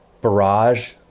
barrage